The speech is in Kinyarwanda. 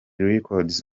records